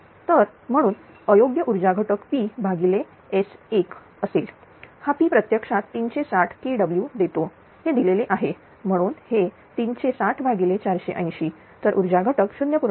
तर म्हणून अयोग्य ऊर्जा घटक P भागिले S1असेल हा P प्रत्यक्षात360 kW देतो हे दिलेले आहे म्हणून हे 360 भागिले 480 तर ऊर्जा घटक 0